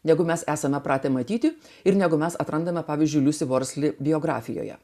negu mes esame pratę matyti ir negu mes atrandame pavyzdžiui liusė vorsli biografijoje